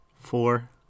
four